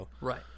Right